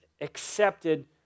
accepted